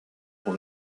pour